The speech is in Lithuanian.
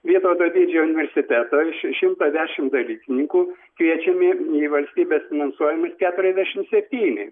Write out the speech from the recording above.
vytauto didžiojo universiteto iš šimto dešimt dalykininkų kviečiami į valstybės finansuojamą keturiasdešimt septyni